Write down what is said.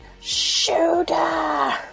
Shooter